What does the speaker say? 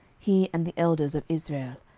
he and the elders of israel,